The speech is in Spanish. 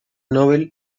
nobel